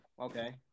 okay